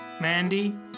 Mandy